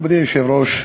מכובדי היושב-ראש,